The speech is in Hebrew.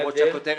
מה ההבדל?